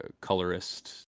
colorist